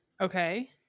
Okay